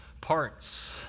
parts